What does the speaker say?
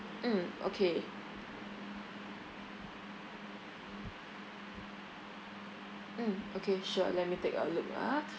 mm okay mm okay sure let me take a look ah